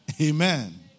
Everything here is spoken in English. Amen